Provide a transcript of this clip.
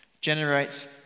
generates